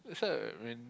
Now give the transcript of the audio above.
that's why when